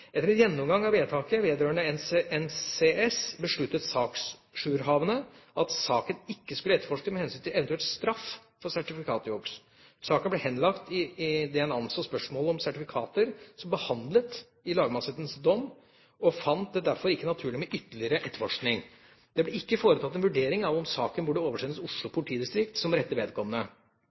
Etter en gjennomgang av vedtaket vedrørende NCS besluttet saksjourhavende at saken ikke skulle etterforskes mht eventuell straff for sertifikatjuks. Saken ble henlagt i det en anså spørsmålet om sertifikater som behandlet i lagmannsretten og fant det derfor ikke naturlig med ytterligere etterforskning. Det ble ikke foretatt en vurdering av om saken burde oversendes Oslo politidistrikt som rette vedkommende.